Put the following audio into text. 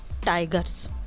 Tigers